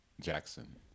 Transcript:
Jackson